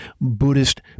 Buddhist